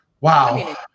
Wow